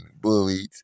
bullied